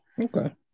okay